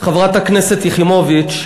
חברת הכנסת יחימוביץ,